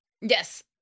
Yes